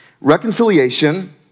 Reconciliation